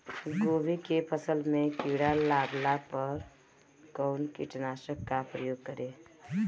गोभी के फसल मे किड़ा लागला पर कउन कीटनाशक का प्रयोग करे?